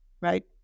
right